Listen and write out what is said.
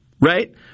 right